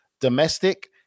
domestic